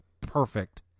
perfect